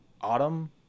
Autumn